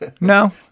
No